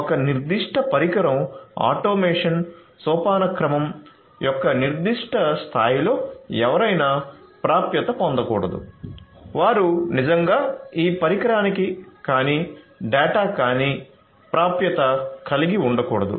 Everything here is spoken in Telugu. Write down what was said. ఒక నిర్దిష్ట పరికరం ఆటోమేషన్ సోపానక్రమం యొక్క నిర్దిష్ట స్థాయిలో ఎవరైనా ప్రాప్యత పొందకూడదు వారు నిజంగా ఆ పరికరానికి కాని డేటా కాని ప్రాప్యత కలిగి ఉండకూడదు